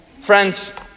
Friends